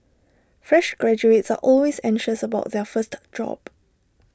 fresh graduates are always anxious about their first job